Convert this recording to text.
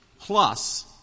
plus